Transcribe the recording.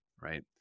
right